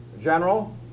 general